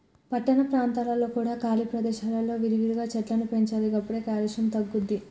పట్టణ ప్రాంతాలలో కూడా ఖాళీ ప్రదేశాలలో విరివిగా చెట్లను పెంచాలి గప్పుడే కాలుష్యం తగ్గుద్ది